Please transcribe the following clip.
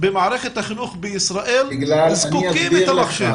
במערכת החינוך בישראל זקוקים לקבל מחשב.